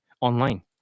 online